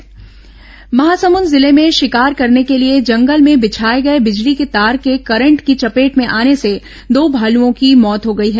भालू मौत हाथी हमला महासमुंद जिले में शिकार करने के लिए जंगल में बिछाए गए बिजली तार के करंट की चपेट में आने से दो भालुओं की मौत हो गई है